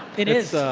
it is.